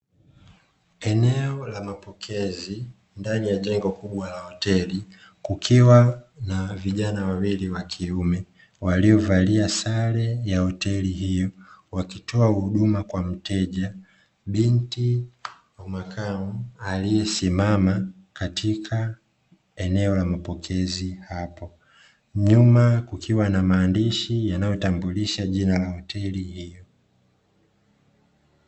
Eneo la mapokezi ndani ya jengo kubwa la hoteli, kukiwa na vijana wawili wa kiume, waliovalia sare ya hoteli hiyo, wakitoa huduma kwa mteja binti wa makamo, aliyesimama katika eneo la mapokezi hapo, nyuma kukiwa na maandishi yanayotambulisha jina la hoteli hiyo.